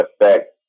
effect